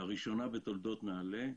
לראשונה בתולדות נעל"ה,